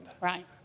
Right